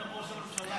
קיבל הוראה מראש הממשלה.